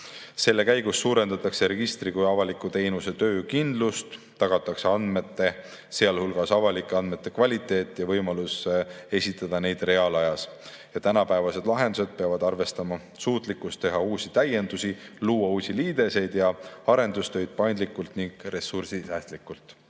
Selle käigus suurendatakse registri kui avaliku teenuse töökindlust, tagatakse andmete, sealhulgas avalike andmete kvaliteet ja võimalus esitada neid reaalajas. Tänapäevased lahendused peavad arvestama suutlikkust teha täiendusi, luua uusi liideseid ja arendustöid paindlikult ning ressursisäästlikult.